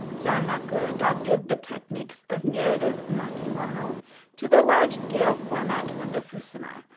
sanraku adapted the techniques of narrative emakimono to the large-scale format of the fusuma.